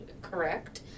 correct